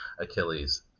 Achilles